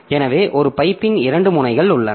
எனவே ஒரு பைப்பின் இரண்டு முனைகள் உள்ளன